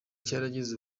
cyarageze